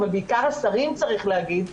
אבל בעיקר השרים צריכים להגיד.